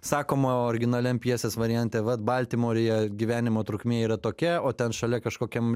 sakoma originaliam pjesės variante vat baltimoryje gyvenimo trukmė yra tokia o ten šalia kažkokiam